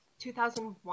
2001